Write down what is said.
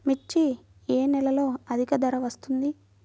మిర్చి ఏ నెలలో అధిక ధర వస్తుంది?